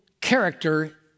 character